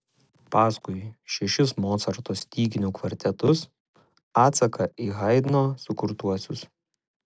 paskui šešis mocarto styginių kvartetus atsaką į haidno sukurtuosius